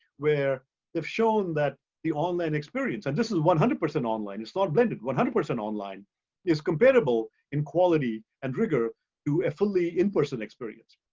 where they've shown that the online experience, and this is one hundred percent online, it's not blended. one hundred percent online is comparable in quality and rigor to a fully in-person experience.